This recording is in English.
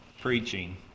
preaching